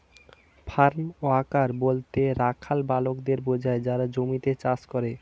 farm worker বলতে রাখাল বালকদের বোঝায় যারা জমিতে চাষ করে